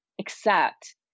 accept